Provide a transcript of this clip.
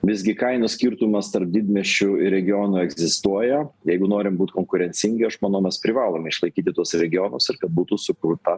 visgi kainų skirtumas tarp didmiesčių ir regionų egzistuoja jeigu norim būt konkurencingi aš mano mes privalome išlaikyti tuos regionus ir kad būtų sukurta